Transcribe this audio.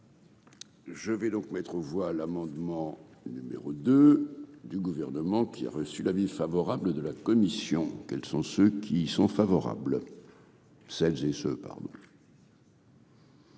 Je vais donc mettre aux voix l'amendement numéro 2 du gouvernement qui a reçu l'avis favorable de la commission, quels sont ceux qui y sont favorables, celles et ceux, pardon.